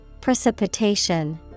Precipitation